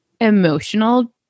emotional